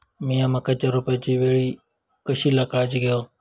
मीया मक्याच्या रोपाच्या वेळी कशी काळजी घेव?